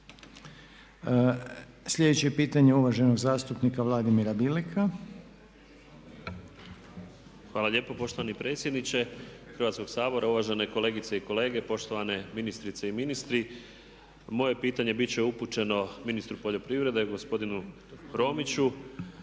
Sljedeće je pitanje uvaženog zastupnika Vladimira Bileka. **Bilek, Vladimir (Nezavisni)** Hvala lijepo poštovani predsjedniče Hrvatskoga sabora, uvažene kolegice i kolege, poštovane ministrice i ministri. Moje pitanje biti će upućeno ministru poljoprivrede gospodinu Romiću.